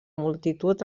multitud